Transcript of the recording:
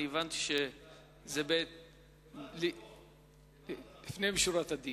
הבנתי שזה לפנים משורת הדין.